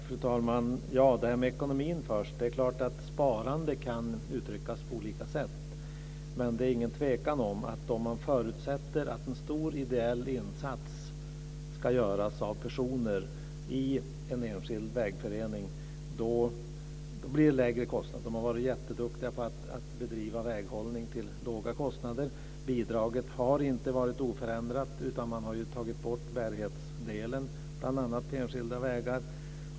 Fru talman! Låt mig först ta upp ekonomin. Sparande kan definieras på olika sätt, men det är inget tvivel om att om man förutsätter att en stor ideell insats ska göras av personer i en enskild vägförening, blir utgiften lägre och man är jätteduktig och bedriver väghållning till låga kostnader. Bidraget har inte heller varit oförändrat, utan bärighetsdelen har tagits bort till bl.a. enskilda vägar.